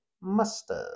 mustard